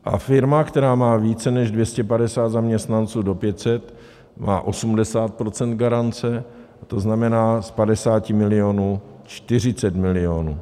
A firma, která má více než 250 zaměstnanců do 500, má 80 % garance, tzn. z 50 milionů 40 milionů.